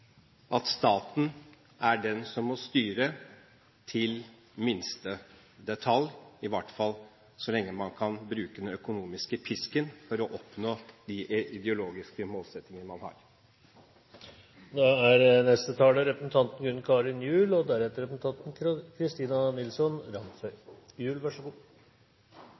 at staten er den som må styre til minste detalj, i hvert fall så lenge man kan bruke den økonomiske pisken for å oppnå de ideologiske målsettinger man har. Jeg må bare få lov til å meddele at jeg synes at representanten Hofstad Helleland hadde et veldig merkelig innlegg, hvor hun framstiller det som om det er